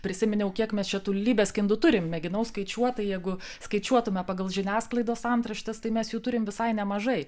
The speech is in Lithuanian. prisiminiau kiek mes čia tų lybeskindų turim mėginau skaičiuot tai jeigu skaičiuotume pagal žiniasklaidos antraštes tai mes jų turim visai nemažai